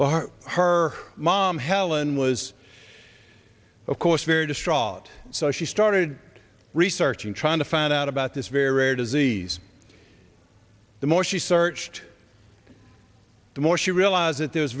julia her mom helen was of course very distraught so she started researching trying to find out about this very rare disease the more she searched the more she realized that there's